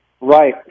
Right